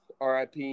RIP –